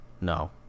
no